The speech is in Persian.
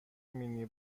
مینی